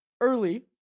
early